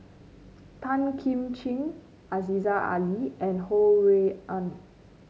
Tan Kim Ching Aziza Ali and Ho Rui An